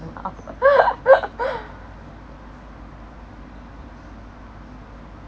and laugh